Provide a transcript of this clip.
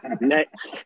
next